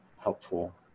helpful